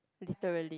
literally